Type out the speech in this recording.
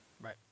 Right